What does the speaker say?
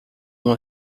uma